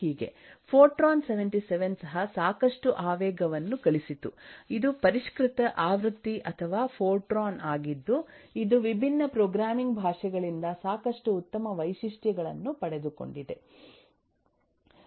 Fortran 77 77 ಸಹ ಸಾಕಷ್ಟು ಆವೇಗವನ್ನು ಗಳಿಸಿತುಇದು ಪರಿಷ್ಕೃತ ಆವೃತ್ತಿ ಅಥವಾ ಫೋರ್ಟ್ರಾನ್ ಆಗಿದ್ದು ಇದು ವಿಭಿನ್ನ ಪ್ರೋಗ್ರಾಮಿಂಗ್ ಭಾಷೆಗಳಿಂದ ಸಾಕಷ್ಟು ಉತ್ತಮ ವೈಶಿಷ್ಟ್ಯಗಳನ್ನು ಪಡೆದುಕೊಂಡಿದೆ